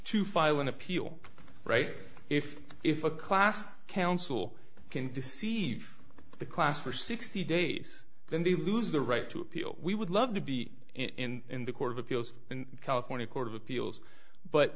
to file an appeal right if if a class council can deceive the class for sixty days then they lose the right to appeal we would love to be in the court of appeals in california court of appeals but